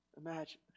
Imagine